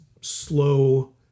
slow